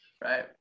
right